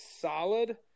solid